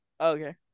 Okay